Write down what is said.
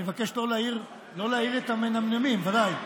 אני מבקש לא להעיר את המנמנמים, בוודאי.